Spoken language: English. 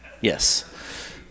yes